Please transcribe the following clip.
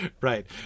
Right